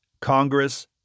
Congress